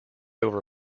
over